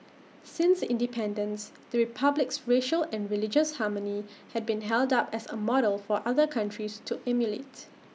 since independence the republic's racial and religious harmony has been held up as A model for other countries to emulates